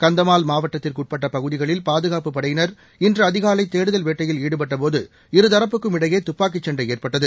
கந்தமால் மாவட்டத்திற்கு உட்பட்ட பகுதிகளில் பாதுகாப்புப படையினர் இன்று அதிகாலை தேடுதல் வேட்டையில் ஈடுபட்டபோது இரு தரப்புக்கும் இடையே தப்பாக்கி சண்டை ஏற்பட்டது